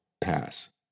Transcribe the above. pass